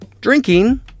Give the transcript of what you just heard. drinking